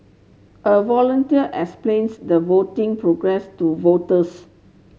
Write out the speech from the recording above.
a volunteer explains the voting process to voters